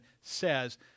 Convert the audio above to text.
says